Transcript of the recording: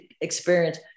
experience